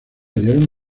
dieron